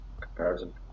comparison